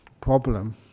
problem